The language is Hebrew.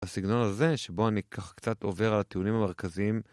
הסגנון הזה שבו אני כך קצת עובר על הטיעונים המרכזיים